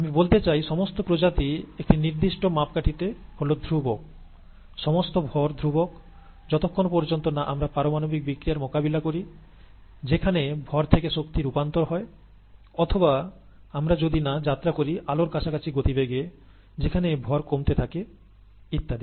আমি বলতে চাই সমস্ত প্রজাতি একটি নির্দিষ্ট মাপকাঠিতে হল ধ্রুবক সমস্ত ভর ধ্রুবক যতক্ষণ পর্যন্ত না আমরা পারমাণবিক বিক্রিয়ার মোকাবিলা করি যেখানে ভর থেকে শক্তি রূপান্তর হয় অথবা আমরা যদি না যাত্রা করি আলোর কাছাকাছি গতিবেগে সেখানে ভর কমতে থাকে ইত্যাদি